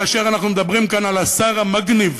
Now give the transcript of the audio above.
כאשר אנחנו מדברים כאן על השר המגניב,